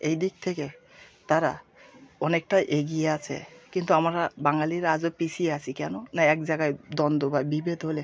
এই দিক থেকে তারা অনেকটা এগিয়ে আছে কিন্তু আমরা বাঙালিরা আজও পিছিয়ে আছি কেন না এক জায়গায় দ্বন্দ্ব বা বিভেদ হলে